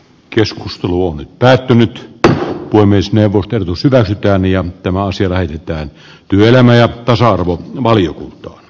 keskustelu on päättynyt ja myös neuvoteltu syvä järvi on tämä asia lähetetään työelämä ja tasa arvo mario c